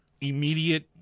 immediate